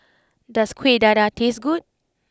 does Kuih Dadar taste good